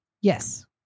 Yes